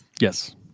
Yes